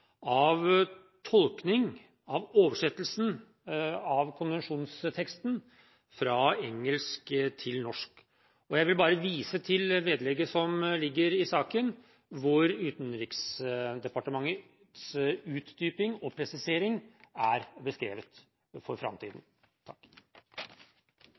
av tolkning av oversettelsen av konvensjonsteksten fra engelsk til norsk. Jeg vil bare vise til vedlegget til innstillingen, hvor Utenriksdepartementets utdyping og presisering er beskrevet for